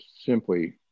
simply